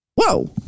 Whoa